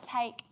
take